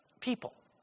people